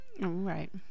right